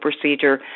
procedure